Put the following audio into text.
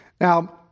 Now